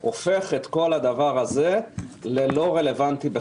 הופך את כל הדבר הזה ללא רלוונטי.